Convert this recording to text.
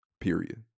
period